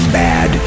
bad